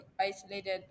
isolated